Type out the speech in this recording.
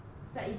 it's like 以前